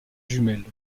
jumelles